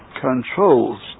controls